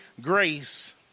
grace